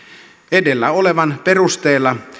edellä olevan perusteella